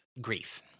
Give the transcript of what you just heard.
grief